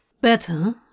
Better